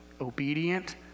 obedient